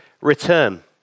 return